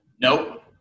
Nope